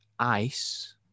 ice